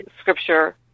scripture